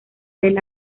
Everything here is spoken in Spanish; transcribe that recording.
del